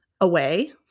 away